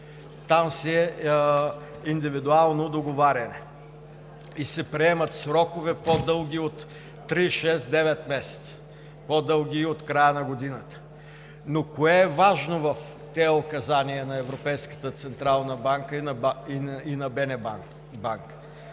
там си е индивидуално договаряне и се приемат срокове по-дълги от три, шест, девет месеца, по-дълги и от края на годината. Но кое е важно в тези указания на Европейската централна банка и на Българската